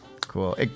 Cool